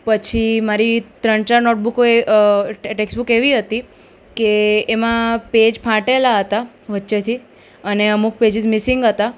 પછી મારી ત્રણ ચાર નોટબુકો એ ટેક્સબુક એવી હતી કે એમાં પેજ ફાટેલા હતા વચ્ચેથી અને અમુક પેજીસ મિસિંગ હતા